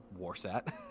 Warsat